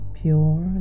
pure